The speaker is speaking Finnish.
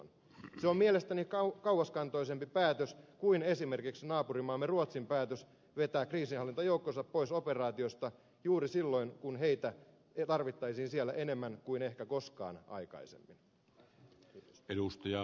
se on mielestäni kauaskantoisempi päätös kuin esimerkiksi naapurimaamme ruotsin päätös vetää kriisinhallintajoukkonsa pois operaatiosta juuri silloin kun heitä tarvittaisiin siellä enemmän kuin ehkä koskaan aikaisemmin